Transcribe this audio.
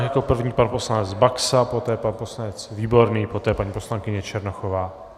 Jako první pan poslanec Baxa, poté pan poslanec Výborný, poté paní poslankyně Černochová.